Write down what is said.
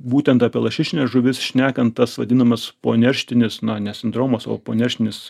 būtent apie lašišines žuvis šnekant tas vadinamas ponerštinis na ne sindromas o ponerštinis